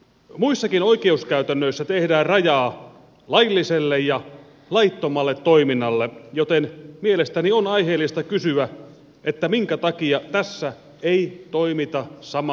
muissakin oikeuskäytännöissä tehdään rajaa lailliselle ja laittomalle toiminnalle joten mielestäni on aiheellista kysyä minkä takia tässä ei toimita samalla tavalla